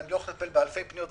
אני לא יכול לטפל באלפי פניות,